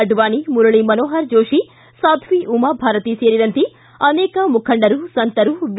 ಅಡ್ನಾಣಿ ಮುರಳಿ ಮನೋಹರ್ ಜೋಷಿ ಸಾಧ್ಷಿ ಉಮಾಭಾರತಿ ಸೇರಿದಂತೆ ಅನೇಕ ಮುಖಂಡರು ಸಂತರು ವಿ